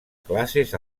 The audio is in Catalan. classes